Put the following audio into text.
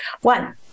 one